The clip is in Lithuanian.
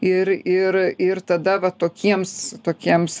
ir ir ir tada va tokiems tokiems